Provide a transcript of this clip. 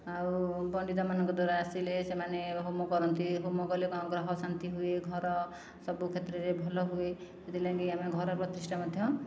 ଆଉ ପଣ୍ଡିତମାନଙ୍କ ଦ୍ଵାରା ଆସିଲେ ସେମାନେ ହୋମ କରନ୍ତି ହୋମ କଲେ କ'ଣ ଗ୍ରହ ଶାନ୍ତି ହୁଏ ଘର ସବୁ କ୍ଷେତ୍ରରେ ଭଲ ହୁଏ ସେଥିଲାଗି ଆମେ ଘର ପ୍ରତିଷ୍ଠା ମଧ୍ୟ